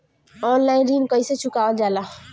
Online ऋण कईसे चुकावल जाला?